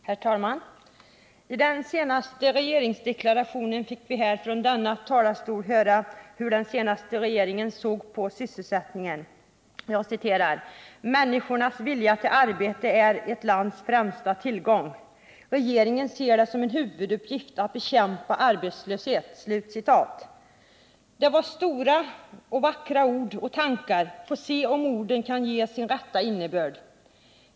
Herr talman! I den senaste regeringsdeklarationen fick vi här från denna talarstol höra hur den senaste regeringen såg på sysselsättningen: ”Människors vilja till arbete är ett lands främsta tillgång. Regeringen ser det som en huvuduppgift att bekämpa arbetslöshet.” Det var stora ord och vackra tankar — vi får se om orden kan ges sin rätta innebörd.